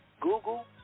Google